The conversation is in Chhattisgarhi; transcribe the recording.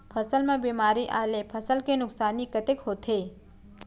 फसल म बेमारी आए ले फसल के नुकसानी कतेक होथे?